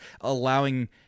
allowing